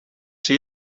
czy